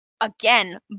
again